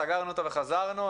סגרנו אותו וחזרנו,